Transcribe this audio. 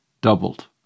doubled